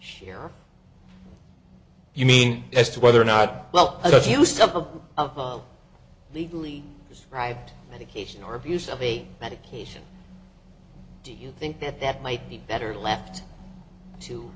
share you mean as to whether or not well if you stop a legally described medication or abuse of a medication do you think that that might be better left to